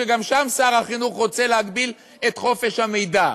שגם שם שר החינוך רוצה להגביל את חופש המידע.